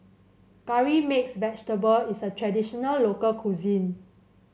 Curry Mixed Vegetable is a traditional local cuisine